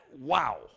Wow